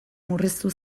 murriztu